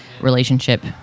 relationship